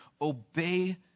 obey